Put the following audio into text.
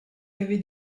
avait